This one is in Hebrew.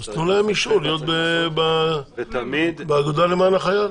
צריך --- אז תנו להם אישור להיות באגודה למען החייל,